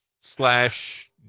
slash